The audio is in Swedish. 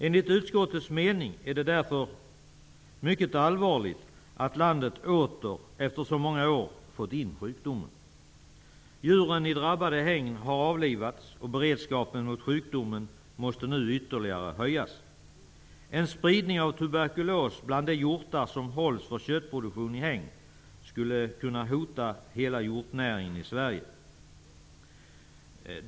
Enligt uskottets mening är det mycket allvarligt att landet åter efter så många år fått in sjukdomen. Djuren i drabbade hägn har avlivats, och beredskapen mot sjukdomen måste nu ytterligare höjas. En spridning av tuberkulos bland de hjortar för köttproduktion som hålls i hägn skulle kunna hota hela hjortnäringen i Sverige.